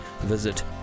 visit